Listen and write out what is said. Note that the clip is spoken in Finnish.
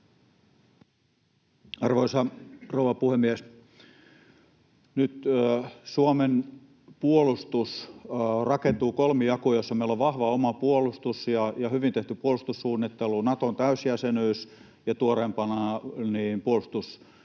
Arvoisa rouva puhemies! Nyt Suomen puolustus rakentuu kolmijaolle, jossa meillä on vahva oma puolustus ja hyvin tehty puolustussuunnittelu, Naton täysjäsenyys ja tuoreimpana